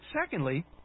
secondly